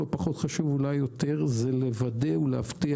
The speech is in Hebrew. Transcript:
לא פחות חשוב ואולי יותר לוודא ולהבטיח